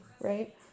right